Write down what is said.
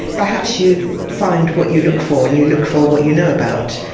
perhaps you find what you look for and you look for what you know about.